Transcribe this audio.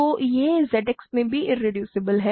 तो यह Z X में भी इरेड्यूसिबल है